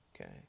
okay